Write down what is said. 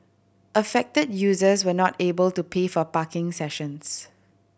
affected users were not able to pay for parking sessions